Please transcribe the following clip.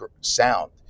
sound